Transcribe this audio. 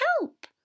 help